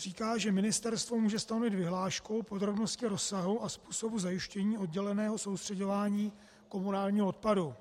Říká, že Ministerstvo může stanovit vyhláškou podrobnosti rozsahu a způsobu zajištění odděleného soustřeďování komunálního odpadu.